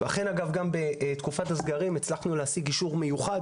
גם בתקופת הסגרים הצלחנו להשיג אישור מיוחד